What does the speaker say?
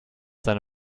seine